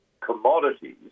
commodities